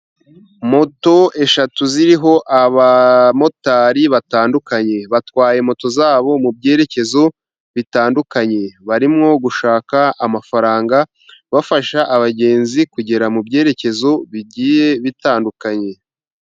Moto eshatu ziriho abamotari batandukanye, batwaye moto zabo mubyerekezo bitandukanye ,barimo gushaka amafaranga bafasha abagenzi kugera mu byerekezo bigiye bitandukanye.